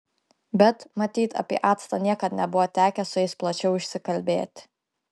bet matyt apie actą niekad nebuvo tekę su jais plačiau išsikalbėti